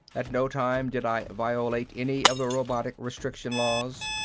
at no time did i violate any of the robotic restriction laws,